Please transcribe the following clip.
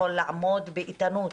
שיכול לעמוד באיתנות